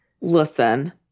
Listen